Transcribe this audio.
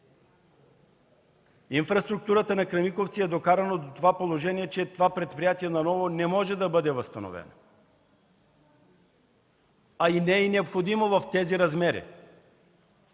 Инфраструктурата на „Кремиковци” е докарана до положението, че това предприятие не може да бъде възстановено наново, а и не е необходимо в тези размери.